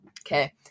Okay